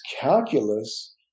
calculus